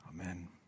Amen